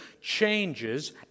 changes